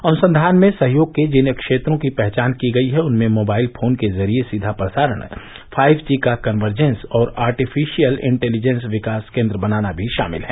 अनुसंधान में सहयोग के जिन क्षेत्रों की पहचान की गई है उनमें मोबाइल फोन के जरिये सीधा प्रसारण फाइव जी का कन्वर्जेन्स और आर्टिफिशयल इंटेलीजेंस विकास केन्द्र बनाना भी शामिल हैं